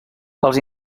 als